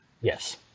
yes